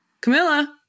Camilla